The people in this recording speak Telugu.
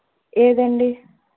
ఏదండీ